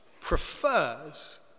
prefers